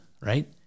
right